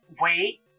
wait